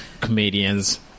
comedians